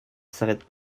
s’arrête